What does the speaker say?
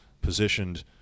positioned